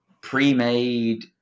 pre-made